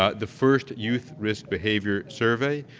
ah the first youth risk behavior survey,